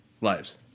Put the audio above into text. lives